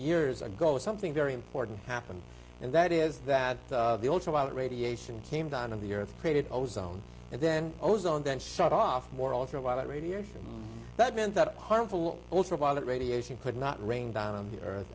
years ago something very important happened and that is that the ultraviolet radiation came down of the earth created own and then ozone that shut off more also a lot of radiation that meant that harmful ultraviolet radiation could not rain down on the earth